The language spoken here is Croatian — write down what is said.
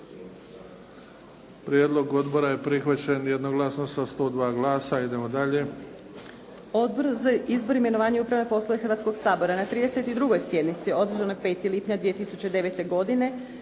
Prijedlog odbora je prihvaćen jednoglasno sa 102 glasa. Idemo dalje.